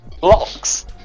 Blocks